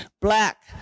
black